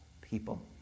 people